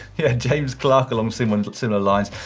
yeah, james clarke along similar similar lines.